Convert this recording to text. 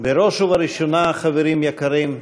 בראש ובראשונה, חברים יקרים,